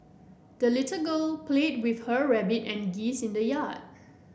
the little girl played with her rabbit and geese in the yard